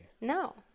No